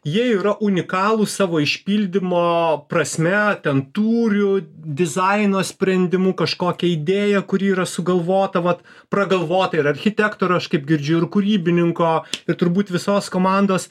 jie yra unikalūs savo išpildymo prasme ten tūriu dizaino sprendimu kažkokia idėja kuri yra sugalvota vat pragalvota ir architekto ir aš kaip girdžiu ir kūrybininko ir turbūt visos komandos